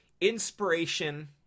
inspiration